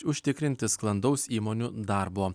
užtikrinti sklandaus įmonių darbo